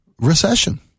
Recession